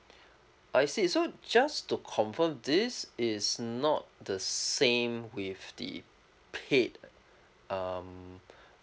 I see so just to confirm this is not the same with the paid um